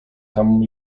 tam